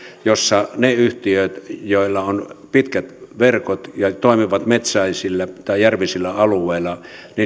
jossa ne yhtiöt joilla on pitkät verkot ja jotka toimivat metsäisillä tai järvisillä alueilla